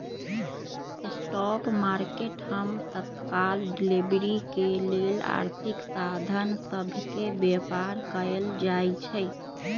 spot market हम तत्काल delivery के लेल आर्थिक साधन सभ के व्यापार कयल जाइ छइ